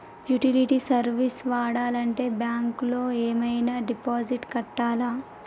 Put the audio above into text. Utility service వాడాలంటే bank లో ఏమైనా డిపాజిట్ కట్టాలా?